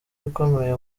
ukomeye